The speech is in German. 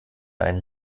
einen